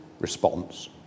response